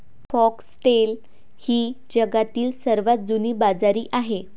foxtail ही जगातील सर्वात जुनी बाजरी आहे